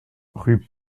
rue